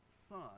son